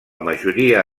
majoria